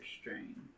strain